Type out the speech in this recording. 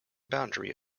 boundary